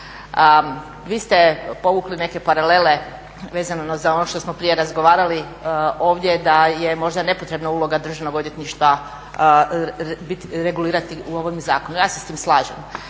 Vi ste povukli neke paralele vezano za ono što smo prije razgovarali ovdje da je možda nepotrebna uloga državnog odvjetništva regulirati u ovome zakonu. Ja se s tim slažem.